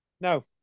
No